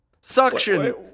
Suction